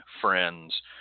friends